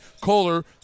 Kohler